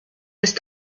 ist